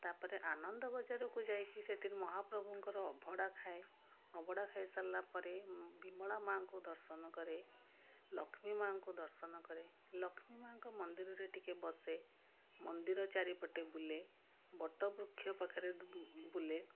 ତାପରେ ଆନନ୍ଦ ବଜାରକୁ ଯାଇକି ସେଇଠି ମହାପ୍ରଭୁଙ୍କର ଅବଢ଼ା ଖାଏ ଅବଢ଼ା ଖାଇସାରିଲା ପରେ ବିମଳା ମା'ଙ୍କୁ ଦର୍ଶନ କରେ ଲକ୍ଷ୍ମୀ ମା'ଙ୍କୁ ଦର୍ଶନ କରେ ଲକ୍ଷ୍ମୀ ମା'ଙ୍କ ମନ୍ଦିରରେ ଟିକିଏ ବସେ ମନ୍ଦିର ଚାରିପଟେ ବୁଲେ ବଟବୃକ୍ଷ ପାଖରେ ବୁଲେ